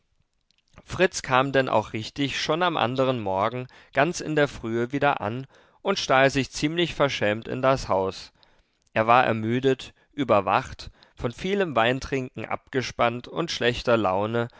fritz kam denn auch richtig schon am anderen morgen ganz in der frühe wieder an und stahl sich ziemlich verschämt in das haus er war ermüdet überwacht von vielem weintrinken abgespannt und schlechter laune